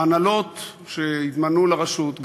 ההנהלות שהתמנו לרשות,